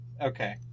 Okay